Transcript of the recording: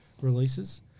releases